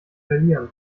verlieren